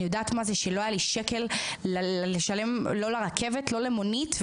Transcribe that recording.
אני יודעת מה זה שלא היה לי שקל לשלם לרכבת או למונית.